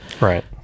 Right